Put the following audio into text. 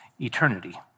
eternity